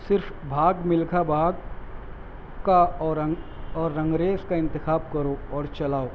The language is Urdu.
صرف بھاگ ملکھا بھاگ کا اورنگ اور رنگریز کا انتخاب کرو اور چلاؤ